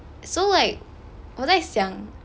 so like 我在想